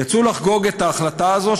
יצאו לחגוג את ההחלטה הזאת,